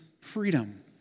freedom